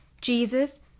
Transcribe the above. Jesus